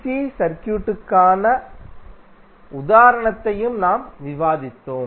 C சர்க்யூட்டுக்கான உதாரணத்தை நாம் விவாதித்தோம்